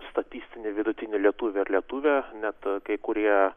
statistinį vidutinį lietuvį ar lietuvę net kai kurie